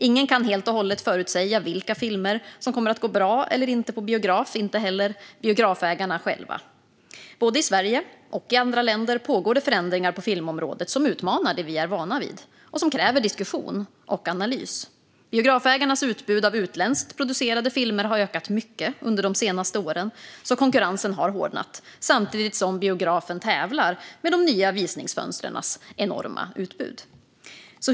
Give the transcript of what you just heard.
Ingen kan helt och hållet förutsäga vilka filmer som kommer att gå bra eller inte på biograf, inte heller biografägarna själva. Både i Sverige och i andra länder pågår det förändringar på filmområdet som utmanar det vi är vana vid och som kräver diskussion och analys. Biografägarnas utbud av utländskt producerade filmer har ökat mycket under de senaste åren, så konkurrensen har hårdnat samtidigt som biografen tävlar med de nya visningsfönstrens enorma utbud.